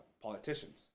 politicians